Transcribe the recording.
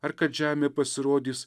ar kad žemė pasirodys